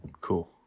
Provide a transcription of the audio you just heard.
cool